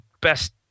best